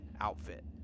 outfit